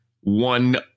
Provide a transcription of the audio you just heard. one